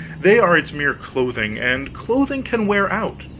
they are its mere clothing, and clothing can wear out,